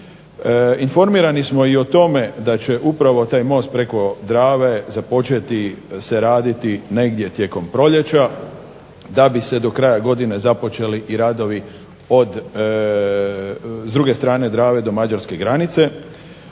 Informirani smo i o tome da će upravo taj most preko Drave započeti se raditi negdje tijekom proljeća da bi se do kraja godine započeli i radovi s druge strane Drave do mađarske granice.